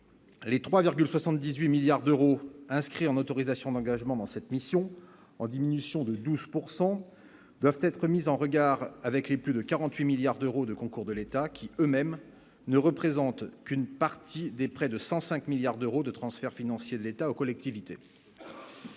les 3,78 milliards d'euros inscrit en autorisations d'engagement dans cette mission, en diminution de 12 pourcent doivent être mises en regard avec les plus de 48 milliards d'euros de concours de l'État, qui eux-mêmes ne représentent qu'une partie des prêts de 105 milliards d'euros de transferts financiers de l'État aux collectivités,